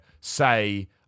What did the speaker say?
say